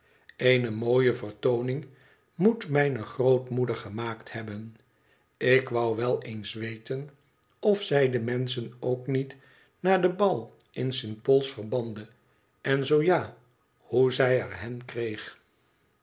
eene mooie vertooning moet mijne grootmoeder gemaakt hebben ik wou wel eens weten of zij de menschen ook niet naar den bal in st pauls's verbande en zoo ja hoe zij er hen kreeg